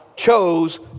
chose